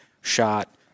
shot